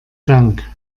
dank